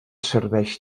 serveix